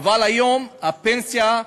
אבל היום הפנסיה,